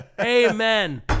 amen